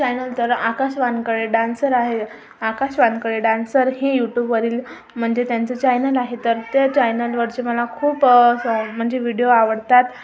channel तर Akash Wankhede dancer आहे Akash Wankhede dancer ही यूटूबवरील म्हणजे त्यांचं चैनल आहे तर त्या चैनलवरचे मला खूप स म्हणजे विडिओ आवडतात